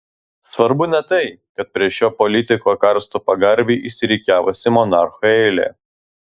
svarbu ne tai kad prie šio politiko karsto pagarbiai išsirikiavusi monarchų eilė